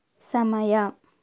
ಸಮಯ